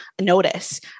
notice